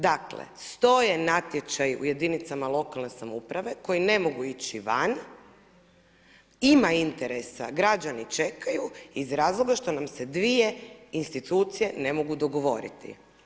Dakle stoje natječaji u jedinicama lokalne samouprave koji ne mogu ići van, ima interesa, građani čekaju iz razloga što nam se dvije institucije ne mogu dogovoriti.